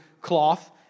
cloth